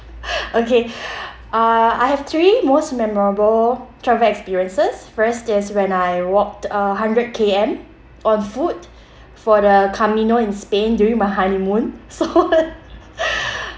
okay uh I have three most memorable travel experiences first is when I walked a hundred K_M on foot for the camino in Spain during my honeymoon so